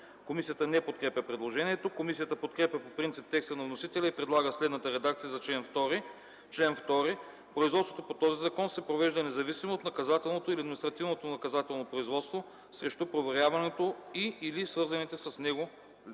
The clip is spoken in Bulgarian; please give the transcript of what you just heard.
Комисията не подкрепя предложението. Комисията подкрепя по принцип текста на вносителя и предлага следната редакция за чл. 2: „Чл. 2. Производството по този закон се провежда независимо от наказателното или административнонаказателното производство срещу проверяваното лице и/или свързаните с него